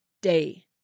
day